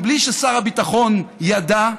בלי ששר הביטחון ידע,